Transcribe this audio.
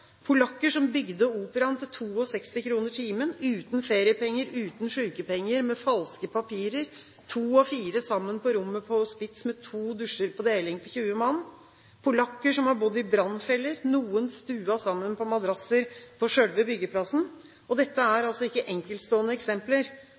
polakker som bygde Operaen for 62 kr timen, uten feriepenger, uten sykepenger, med falske papirer, to og fire sammen på rommet på hospits, med to dusjer på deling på 20 mann, polakker som har bodd i brannfeller, noen stuet sammen på madrasser på selve byggeplassen. Dette er